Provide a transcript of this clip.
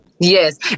Yes